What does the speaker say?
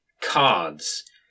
cards